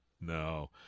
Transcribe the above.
no